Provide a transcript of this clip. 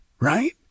right